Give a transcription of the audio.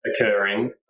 occurring